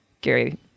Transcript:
gary